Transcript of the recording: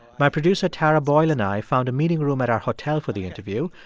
my producer tara boyle and i found a meeting room at our hotel for the interview.